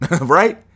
right